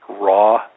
raw